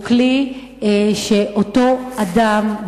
הוא כלי שאותו אדם,